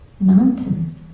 mountain